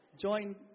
Join